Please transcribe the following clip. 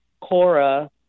Cora